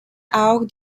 auch